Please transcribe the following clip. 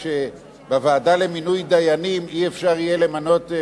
שבוועדה למינוי דיינים לא יהיה אפשר למנות,